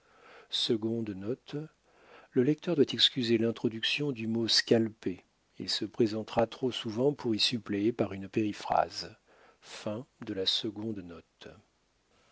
le lecteur doit excuser l'introduction du mot scalper il se présentera trop souvent pour y suppléer par une périphrase